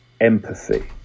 empathy